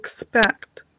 expect